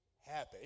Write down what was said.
Happy